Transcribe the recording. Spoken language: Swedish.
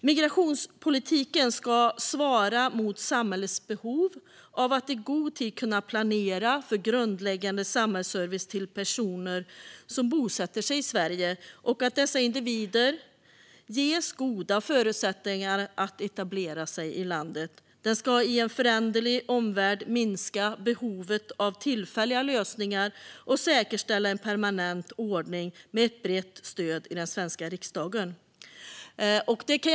Migrationspolitiken ska svara mot samhällets behov av att i god tid kunna planera för grundläggande samhällsservice till personer som bosätter sig i Sverige och att dessa individer ges goda förutsättningar att etablera sig i landet. Den ska i en föränderlig värld minska behovet av tillfälliga lösningar och säkerställa en permanent ordning med ett brett stöd i den svenska riksdagen.